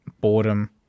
boredom